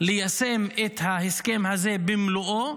ליישם את ההסכם הזה במלואו,